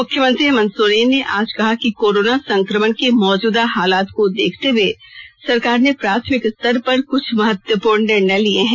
मुख्यमंत्री हेमंत सोरेन ने आज कहा कि कोरोना संक्रमण के मौजूदा हालात को देखते हुए सरकार ने प्राथमिक स्तर पर कृछ महत्वपूर्ण निर्णय लिए हैं